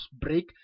break